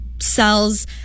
cells